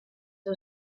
the